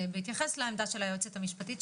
בהתייחס לעמדה של היועצת המשפטית,